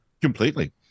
Completely